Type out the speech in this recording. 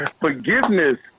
forgiveness